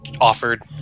offered